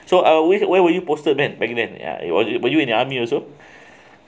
so I will where where were you posted man man ya were you in the army also